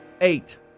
Eight